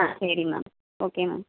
ஆ சரி ma'am okay ma'am